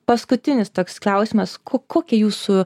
paskutinis toks klausimas ko kokie jūsų